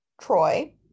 Troy